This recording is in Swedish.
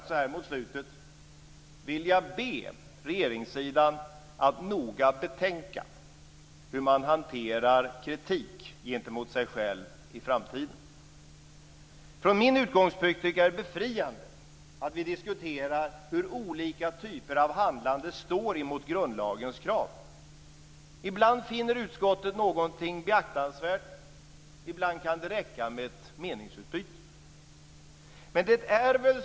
Så här mot slutet skulle jag vilja be regeringssidan att noga betänka hur man hanterar kritik gentemot sig själv i framtiden. Från min utgångspunkt tycker jag att det är befriande att vi diskuterar hur olika typer av handlande står emot grundlagens krav. Ibland finner utskottet någonting beaktansvärt, ibland kan det räcka med ett meningsutbyte.